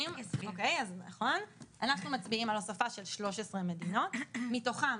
אנחנו מצביעים על הוספה של 13 מדינות, מתוכן